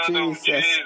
Jesus